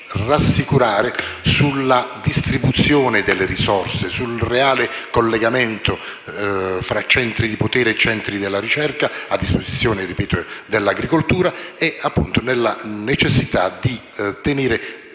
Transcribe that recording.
rassicurare sulla distribuzione delle risorse, sul reale collegamento tra centri di potere e centri della ricerca a disposizione dell'agricoltura e sulla necessità di tenere